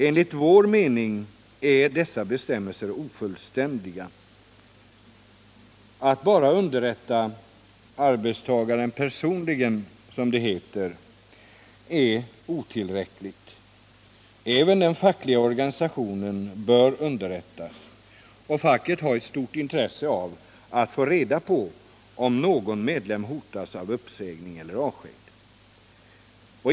Enligt vår mening är dessa bestämmelser ofullständiga. Att bara, som det heter, underrätta ”arbetstagaren personligen” är otillräckligt. Även den fackliga organisationen bör underrättas. Facket har ett stort intresse av att få reda på om någon medlem hotas av uppsägning eller avsked.